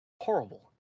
Horrible